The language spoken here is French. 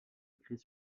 écrit